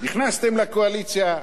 נכנסתם לקואליציה,